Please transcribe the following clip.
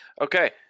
Okay